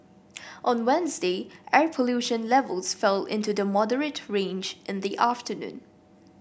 on Wednesday air pollution levels fell into the moderate range in the afternoon